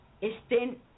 Estén